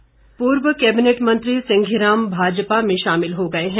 सिंघी राम पूर्व कैबिनेट मंत्री सिंघी राम भाजपा में शामिल हो गए हैं